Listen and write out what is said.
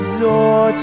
door